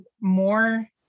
more